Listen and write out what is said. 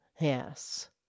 Yes